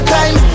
time